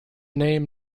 name